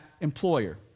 employer